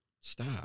stop